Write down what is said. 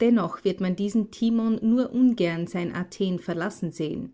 dennoch wird man diesen timon nur ungern sein athen verlassen sehen